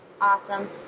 Awesome